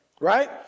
Right